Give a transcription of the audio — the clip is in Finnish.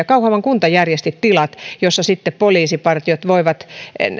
kauhavan kunta järjesti tilat joissa sitten poliisipartiot voivat